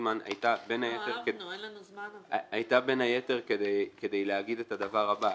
פרידמן היתה בין היתר כדי להגיד את הדבר הבא,